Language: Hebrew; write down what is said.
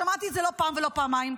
שמעתי את זה לא פעם ולא פעמיים,